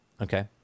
okay